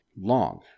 long